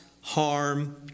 harm